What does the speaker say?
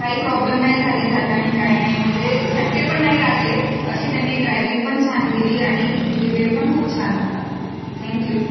काही प्रॉब्लेम नाही झाली जाताना काय नाही म्हणजे झटके पण नाही लागले अशी त्यांनी ड्रायव्हिंग पण छान केली आणि बिहेवियर पण खूप छान होता थँक्यू